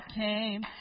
came